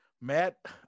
matt